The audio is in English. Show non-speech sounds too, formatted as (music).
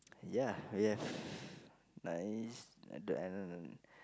ya we have (breath) nice